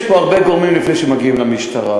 יש פה הרבה גורמים לפני שמגיעים למשטרה,